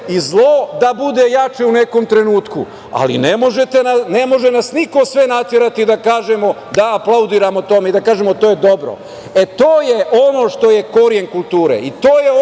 i zlo da bude jače u nekom trenutku, ali ne može nas niko sve naterati da aplaudiramo tome i da kažemo – to je dobro. To je ono što je koren kulture